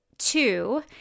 two